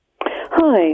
hi